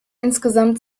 insgesamt